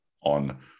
on